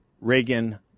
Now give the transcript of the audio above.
Reagan